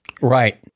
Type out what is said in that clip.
right